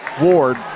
Ward